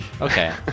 Okay